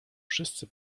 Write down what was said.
wszyscy